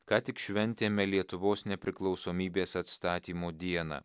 ką tik šventėme lietuvos nepriklausomybės atstatymo dieną